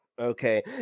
Okay